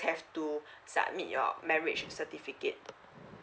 have to submit your up marriage certificate